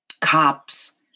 cops